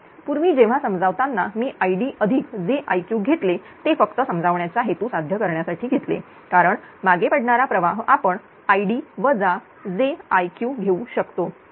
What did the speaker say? पूर्वी जेव्हा समजावताना मी IdjIq घेतले ते फक्त समजावण्याच्या हेतू साध्य करण्यासाठी घेतले कारण मागे पडणारा प्रवाह आपणId jIq घेऊ शकतो